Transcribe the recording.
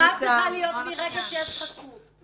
הספירה צריכה להיות מרגע שיש חשוד.